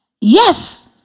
Yes